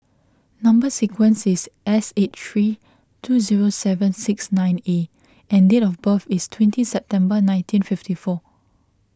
Number Sequence is S eight three two zero seven six nine A and date of birth is twenty September nineteen fifty four